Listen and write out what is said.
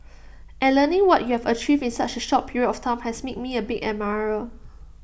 and learning what you have achieved in such A short period of time has made me A big admirer